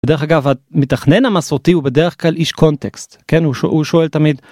ודרך אגב, המתכנן המסורתי הוא בדרך כלל איש קונטקסט, כן? הוא, הוא שואל תמיד.